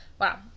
Wow